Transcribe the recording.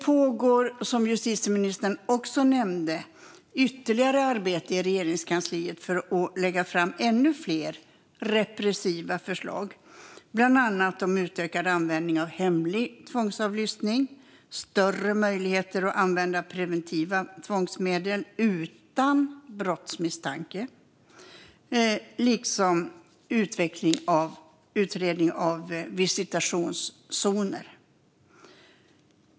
Precis som justitieministern också nämnde pågår ytterligare arbete i Regeringskansliet för att lägga fram ännu fler repressiva förslag, bland annat om utökad användning av hemlig tvångsavlyssning, större möjligheter att använda preventiva tvångsmedel utan brottsmisstanke liksom utredning av visitationszoner.